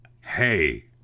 hey